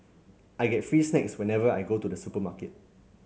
I get free snacks whenever I go to the supermarket